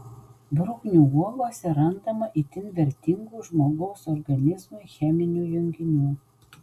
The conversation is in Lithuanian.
bruknių uogose randama itin vertingų žmogaus organizmui cheminių junginių